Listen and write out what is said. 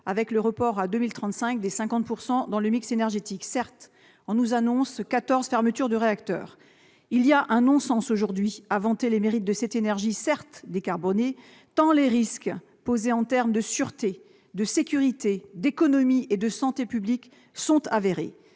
de la réduction à 50 % de sa part dans le mix énergétique. Certes, on nous annonce 14 fermetures de réacteur. Il y a pourtant un non-sens aujourd'hui à vanter les mérites de cette énergie, certes décarbonée, tant les risques posés pour la sûreté, la sécurité, l'économie et la santé publique sont avérés.